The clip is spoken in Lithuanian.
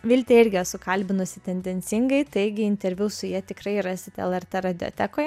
viltę irgi esu kalbinusi tendencingai taigi interviu su ja tikrai rasite lrt radijotekoje